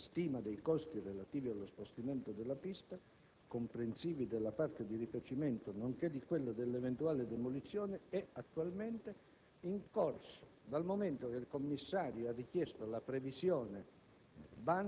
La stima dei costi relativi allo spostamento della pista, comprensivi della parte di rifacimento, nonché di quelli delle eventuali demolizioni è attualmente in corso, dal momento che il commissario ha richiesto la previsione,